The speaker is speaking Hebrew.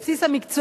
על בסיס המקצוע,